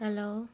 hello